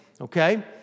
okay